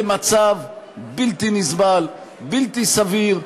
זה מצב בלתי נסבל, בלתי סביר.